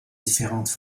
différentes